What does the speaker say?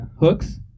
hooks